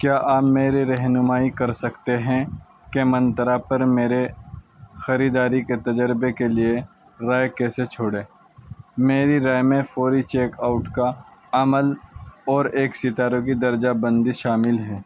کیا آپ میرے رہنمائی کر سکتے ہیں کہ منترا پر میرے خریداری کے تجربے کے لیے رائے کیسے چھوڑیں میری رائے میں فوری چیک آؤٹ کا عمل اور ایک ستاروں کی درجہ بندی شامل ہے